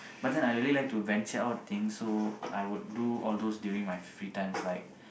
but then I really like to venture out things so I would do all those during my free times like